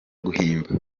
guhimba